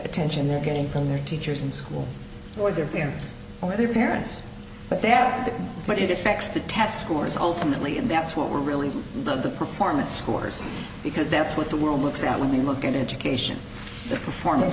attention they're getting from their teachers in school or their parents or their parents but they have to but it affects the test scores ultimately and that's what we're really the performance scores because that's what the world looks now when we look at education the performance